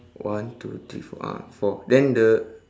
one two three four ah four then the